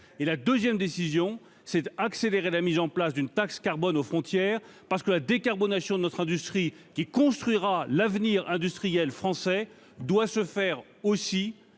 et la 2ème décision c'est accélérer la mise en place d'une taxe carbone aux frontières, parce que la décarbonation de notre industrie, qui construira l'avenir industriel français doit se faire aussi